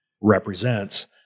represents